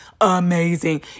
amazing